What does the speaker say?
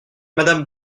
madame